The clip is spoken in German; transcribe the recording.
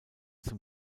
zum